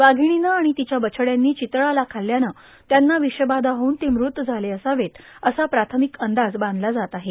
वाघिणीनं आणि तिच्या बछड्यांनी चितळाला खाल्ल्यानं त्यांना विषबाधा होऊन ते मृत झाले असावेत असा प्राथमिक अंदाज बांधला जात आहे